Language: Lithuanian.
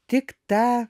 tik ta